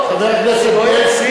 חבר הכנסת בילסקי,